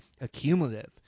accumulative